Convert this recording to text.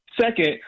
Second